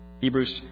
Hebrews